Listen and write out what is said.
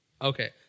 Okay